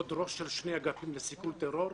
עוד ראש של שני אגפים לסיכול טרור,